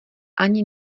ani